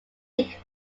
nick